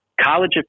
College